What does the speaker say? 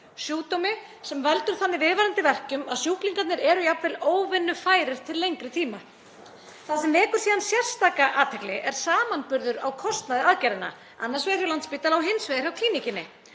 sjúkdómi sem veldur þannig viðvarandi verkjum að sjúklingarnir eru jafnvel óvinnufærir til lengri tíma. Þar sem vekur síðan sérstaka athygli er samanburður á kostnaði aðgerðanna annars vegar hjá Landspítala og hins vegar hjá Klíníkinni.